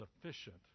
sufficient